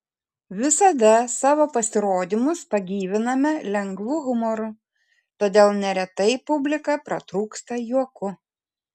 visada savo pasirodymus pagyviname lengvu humoru todėl neretai publika pratrūksta juoku